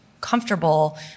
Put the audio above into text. comfortable